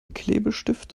klebestift